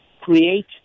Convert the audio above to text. Create